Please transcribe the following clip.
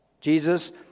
Jesus